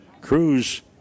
Cruz